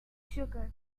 sugar